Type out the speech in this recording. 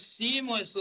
seamlessly